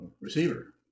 receiver